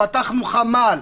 פתחנו חמ"ל,